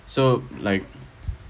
so like